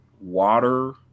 water